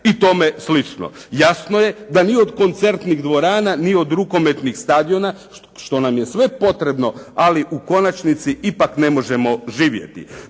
i tome slično. Jasno je da ni od koncertnih dvorana ni od rukometnih stadiona, što nam je sve potrebno, ali u konačnici ipak ne možemo živjeti.